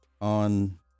on